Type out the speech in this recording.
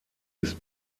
ist